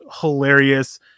hilarious